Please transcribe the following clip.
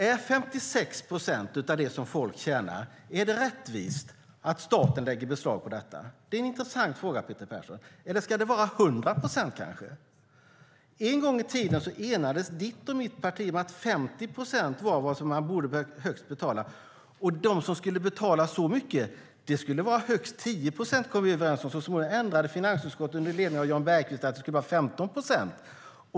Är det rättvist att staten lägger beslag på 56 procent av det folk tjänar? Det är en intressant fråga, Peter Persson. Eller ska det kanske vara 100 procent? En gång i tiden enades ditt och mitt parti om att 50 procent var det man borde betala högst. De som skulle betala så mycket skulle vara högst 10 procent, kom vi överens om. Så småningom ändrade finansutskottet under ledning av Jan Bergqvist till att det skulle vara 15 procent.